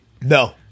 No